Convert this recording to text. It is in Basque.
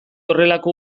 horrelako